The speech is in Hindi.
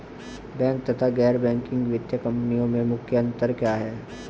बैंक तथा गैर बैंकिंग वित्तीय कंपनियों में मुख्य अंतर क्या है?